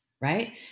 Right